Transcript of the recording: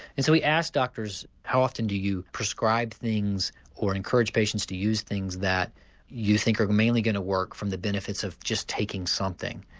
and so we asked doctors how often do you prescribe things or encourage patients to use things that you think are mainly going to work from the benefits of just taking something.